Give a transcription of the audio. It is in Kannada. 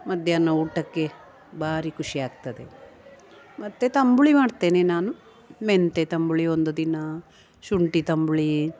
ಮಧ್ಯಾಹ್ನ ಊಟಕ್ಕೆ ಭಾರಿ ಖುಷಿ ಆಗ್ತದೆ ಮತ್ತು ತಂಬುಳಿ ಮಾಡ್ತೇನೆ ನಾನು ಮೆಂತ್ಯೆ ತಂಬುಳಿ ಒಂದು ದಿನ ಶುಂಠಿ ತಂಬುಳಿ